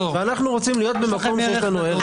ואנחנו רוצים להיות במקום שבו כן יש לנו ערך.